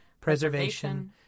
preservation